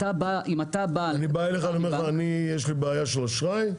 אני בא אליך ואומר לך: יש לי בעיה של אשראי,